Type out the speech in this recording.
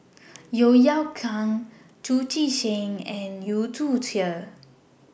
Yeo Yeow Kwang Chu Chee Seng and Yu Zhuye